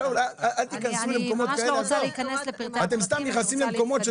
שאול, אל תכנסו למקומות כאלה.